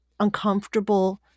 uncomfortable